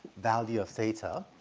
value of theta,